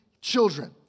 children